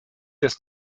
des